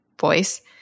voice